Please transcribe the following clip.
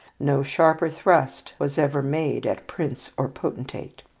no sharper thrust was ever made at prince or potentate.